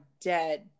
dead